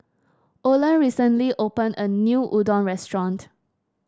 Olen recently open a new Udon Restaurant